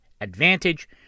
ADVANTAGE